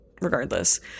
regardless